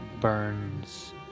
burns